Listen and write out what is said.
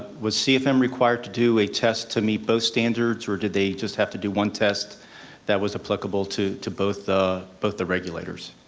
was cfm required to do a test to meet both standards, or did they just have to do one test that was applicable to to both the both the regulators?